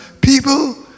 people